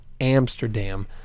Amsterdam